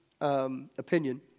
opinion